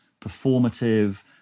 performative